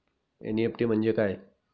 NEFT म्हणजे काय?